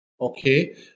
Okay